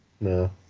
No